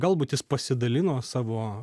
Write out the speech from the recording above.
galbūt jis pasidalino savo